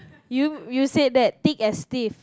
you you said that thick as thieves